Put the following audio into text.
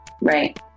Right